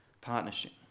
partnership